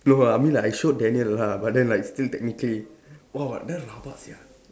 no lah I mean like I showed Danial lah but then like still technically !whoa! damn rabak sia